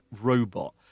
robot